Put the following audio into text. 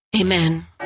Amen